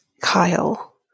Kyle